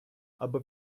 аби